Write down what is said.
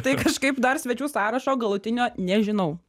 tai kažkaip dar svečių sąrašo galutinio nežinau